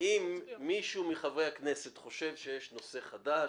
אם מישהו מחברי הכנסת חושב שיש נושא חדש,